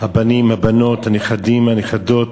הבנים, הבנות, הנכדים, הנכדות,